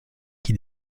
qui